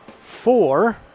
four